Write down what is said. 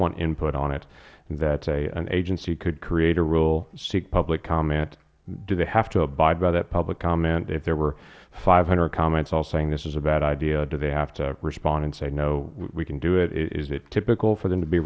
want input on it that an agency could create a rule seek public comment do they have to abide by that public comment if there were five hundred comments all saying this is a bad idea do they have to respond and say no we can do it is it typical for them to be